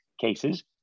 cases